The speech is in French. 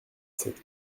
cette